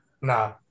Nah